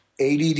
ADD